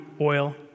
oil